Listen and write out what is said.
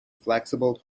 flexible